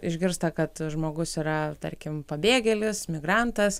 išgirsta kad žmogus yra tarkim pabėgėlis migrantas